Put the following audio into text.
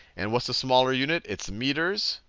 and what's the smaller unit? it's meters.